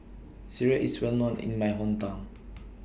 Sireh IS Well known in My Hometown